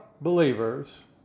believers